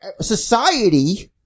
Society